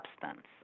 substance